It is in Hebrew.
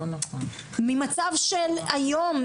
ממצב של היום,